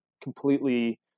completely